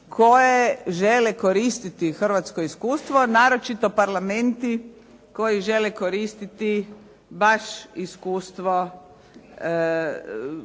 koje žele koristiti hrvatsko iskustvo naročito parlamenti koji žele koristiti baš iskustvo